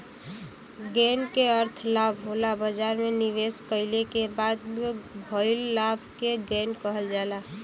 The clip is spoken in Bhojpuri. गेन क अर्थ लाभ होला बाजार में निवेश कइले क बाद भइल लाभ क गेन कहल जाला